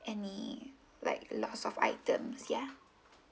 any like loss of items ya